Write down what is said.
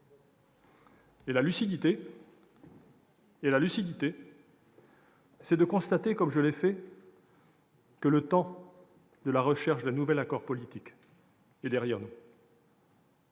Or la lucidité, c'est de constater, comme je l'ai fait, que le temps de la recherche d'un nouvel accord politique est derrière nous.